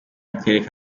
y’akarere